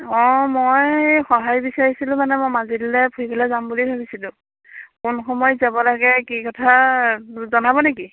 অঁ মই সঁহাৰি বিচাৰিছিলোঁ মানে মই মাজুলিলে ফুৰিবলে যাম বুলি ভাবিছিলোঁ কোন সময়ত যাব লাগে কি কথা জনাব নেকি